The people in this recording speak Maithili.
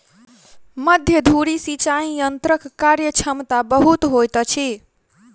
मध्य धुरी सिचाई यंत्रक कार्यक्षमता बहुत होइत अछि